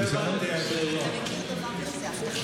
לא הבנתי, היושב-ראש.